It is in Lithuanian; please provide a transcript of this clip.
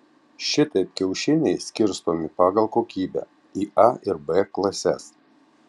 šitaip kiaušiniai skirstomi pagal kokybę į a ir b klases